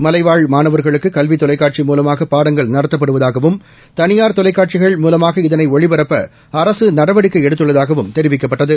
மலைவாழ் மாணவர்களுக்கு கல்வித் தொலைக்காட்சி மூலமாக பாடங்கள் நடத்தப்படுவதாகவும் தனியார் தொலைக்காட்சிகள் மூலமாக இதனை ஒளிபரப்ப அரசு நடவடிக்கை எடுத்துள்ளதாகவும் தெரிவிக்கப்பட்டது